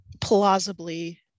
plausibly